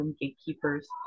gatekeepers